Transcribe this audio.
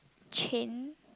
chain